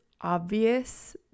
obvious